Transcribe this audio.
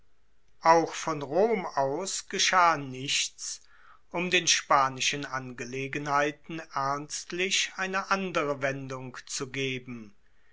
auch von rom aus geschah nichts um den spanischen angelegenheiten ernstlich eine andere wendung zu geben